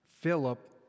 Philip